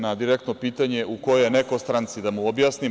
Na direktno pitanje u kojoj je neko stranci, da mu objasnim.